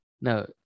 No